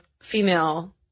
female